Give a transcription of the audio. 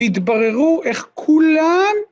‫התבררו איך כולם...